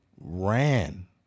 ran